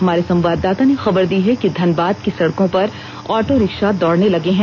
हमारे संवाददाता ने खबर दी है कि धनबाद की सड़कों पर ऑटो रिक्शा दौड़ने लगे हैं